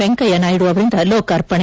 ವೆಂಕಯ್ಲ ನಾಯ್ಡು ಅವರಿಂದ ಲೋಕಾರ್ಪಣೆ